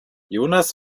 jonas